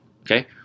Okay